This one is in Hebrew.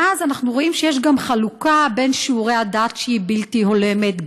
ואז אנחנו רואים שיש גם חלוקה בין שיעורי הדת שהיא בלתי הולמת,